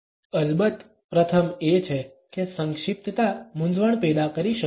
અલબત્ત પ્રથમ એ છે કે સંક્ષિપ્તતા મૂંઝવણ પેદા કરી શકે છે